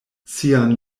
sian